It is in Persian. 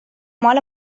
مال